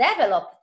Develop